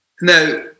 Now